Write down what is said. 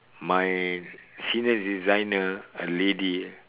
my senior designer a lady